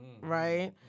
right